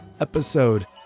episode